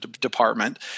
department